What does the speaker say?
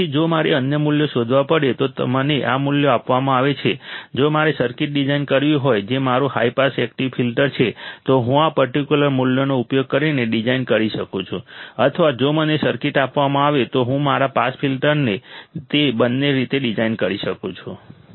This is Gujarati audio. તેથી જો મારે અન્ય મૂલ્યો શોધવા પડે તો મને આ મૂલ્યો આપવામાં આવે છે જો મારે સર્કિટ ડિઝાઇન કરવી હોય જે મારું હાઈ પાસ એક્ટિવ ફિલ્ટર છે તો હું આ પર્ટિક્યુલર મૂલ્યોનો ઉપયોગ કરીને ડિઝાઇન કરી શકું છું અથવા જો મને સર્કિટ આપવામાં આવે તો હું મારા પાસ ફિલ્ટરને તે બંને રીતે ડિઝાઇન કરી શકું છું